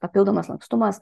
papildomas lankstumas